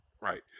right